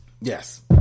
Yes